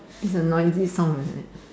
its a noisy sound like that